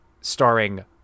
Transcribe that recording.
starring